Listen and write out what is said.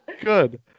Good